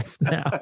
now